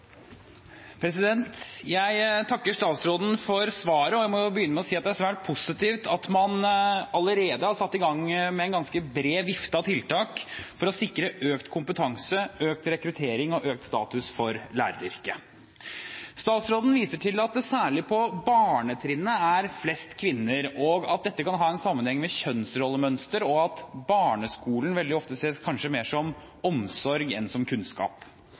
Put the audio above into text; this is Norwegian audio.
Jeg takker statsråden for svaret. Jeg må begynne med å si at det er svært positivt at man allerede har satt i gang med en ganske bred vifte av tiltak for å sikre økt kompetanse, økt rekruttering og økt status til læreryrket. Statsråden viser til at det særlig på barnetrinnet er flest kvinner, og at dette kan ha en sammenheng med kjønnsrollemønsteret, og at barneskolen kanskje ofte ses mer i sammenheng med omsorg enn med kunnskap.